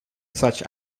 such